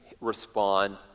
respond